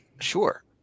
sure